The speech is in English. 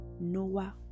noah